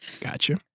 Gotcha